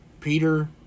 Peter